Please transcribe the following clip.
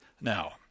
now